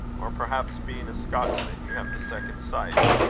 or, perhaps, being a scotchman, you have the second sight?